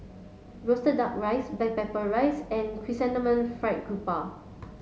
roasted duck rice black pepper rice and chrysanthemum fried Garoupa